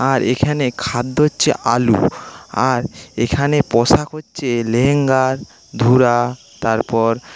আর এখানে খাদ্য হচ্ছে আলু আর এখানে পোশাক হচ্ছে লেহেঙ্গা ধুরা তারপর